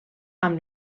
amb